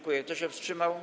Kto się wstrzymał?